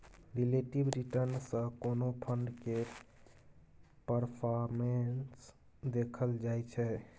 relative return सँ कोनो fund केर परफॉर्मेस देखल जाइ छै